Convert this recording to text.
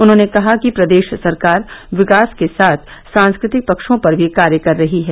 उन्होंने कहा कि प्रदेश सरकार विकास के साथ सांस्कृतिक पक्षों पर भी कार्य कर रही है